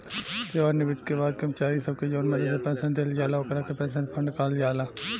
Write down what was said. सेवानिवृत्ति के बाद कर्मचारी सब के जवन मदद से पेंशन दिहल जाला ओकरा के पेंशन फंड कहल जाला